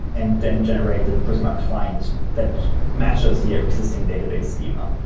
and then generate the prisma client that matches your existing database schema.